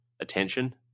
attention